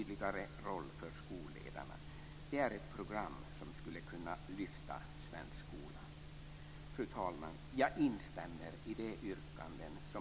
Detta är ett program som skulle kunna lyfta den svenska skolan. Fru talman! Jag instämmer i de yrkanden som